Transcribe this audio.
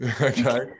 Okay